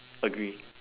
agree